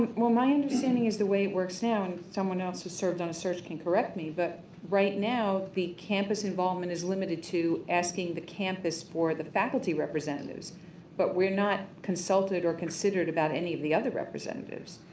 my understanding is the way it works now and someone else who have served in a search can correct me but right now, the campus involvement is limited to asking the campus for the faculty representatives but we're not consulted or considered about any of the other representatives.